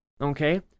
Okay